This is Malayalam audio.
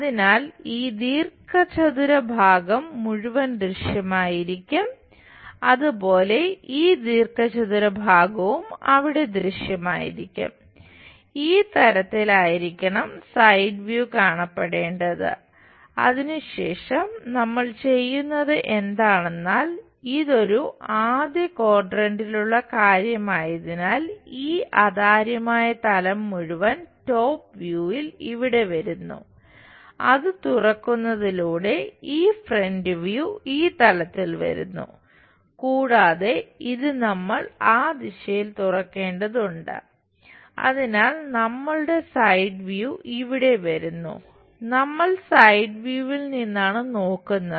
അതുപോലെ നമ്മൾ സൈഡ് വ്യൂ നിന്നാണ് നോക്കുന്നത്